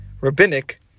Rabbinic